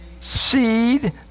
seed